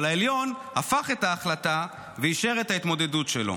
אבל העליון הפך את ההחלטה ואישר את ההתמודדות שלו.